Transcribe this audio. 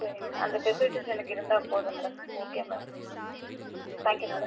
சரி மேடம் அந்த ஃபெசிலிட்டிஸ் எனக்கு இருந்தால் போதும் madam okay madam thank you madam